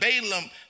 Balaam